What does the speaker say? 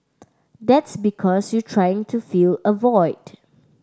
that's because you're trying to fill a void